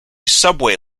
subway